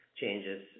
changes